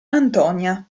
antonia